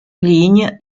ligne